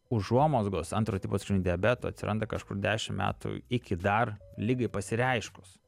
užuomazgos antro tipo cukrinio diabeto atsiranda kažkur dešim metų iki dar ligai pasireiškus